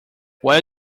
while